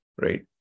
right